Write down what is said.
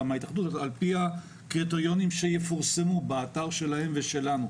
מההתאחדות על פי הקריטריונים שיפורסמו באתר שלהם ושלנו.